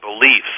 beliefs